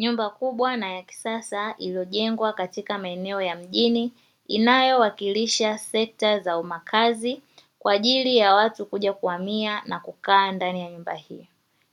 Nyumba kubwa na ya kisasa iliyojengwa katika maeneo ya mjini, inayowakilisha sekta za umakazi kwa ajili ya watu kuja kuhamia na kukaa ndani ya nyumba hii.